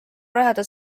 rajada